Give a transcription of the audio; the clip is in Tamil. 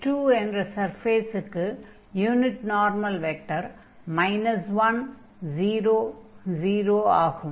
S2 என்ற சர்ஃபேஸுக்கு யூனிட் நார்மல் வெக்டர் 1 0 0 ஆகும் unit normal vector to the surface S2 is the vector 1 0 0